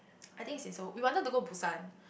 I think it's in Seoul we wanted to go Busan